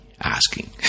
asking